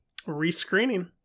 rescreening